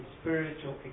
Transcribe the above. spiritual